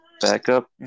backup